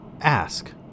Ask